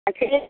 कथी